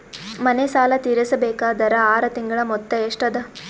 ಮನೆ ಸಾಲ ತೀರಸಬೇಕಾದರ್ ಆರ ತಿಂಗಳ ಮೊತ್ತ ಎಷ್ಟ ಅದ?